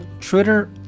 Twitter